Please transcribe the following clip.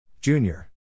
Junior